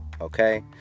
Okay